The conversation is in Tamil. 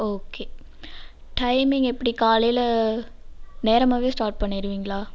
ஓகே டைமிங் எப்படி காலையில் நேரமாகவே ஸ்டார்ட் பண்ணிடுவீங்களா